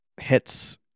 hits